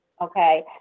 okay